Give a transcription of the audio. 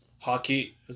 hockey